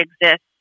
exists